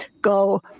go